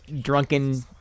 drunken